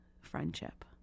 friendship